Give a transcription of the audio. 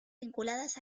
vinculadas